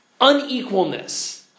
unequalness